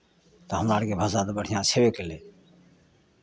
तऽ हमरा आरके भाषा तऽ बढ़िआँ छेबै कयलै